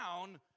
down